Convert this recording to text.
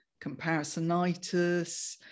comparisonitis